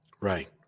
Right